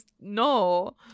no